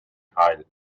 teil